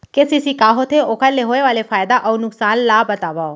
KCC का होथे, ओखर ले होय वाले फायदा अऊ नुकसान ला बतावव?